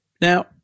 Now